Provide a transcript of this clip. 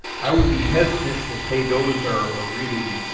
i would be hesitant to say those are are really